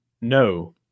no